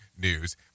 news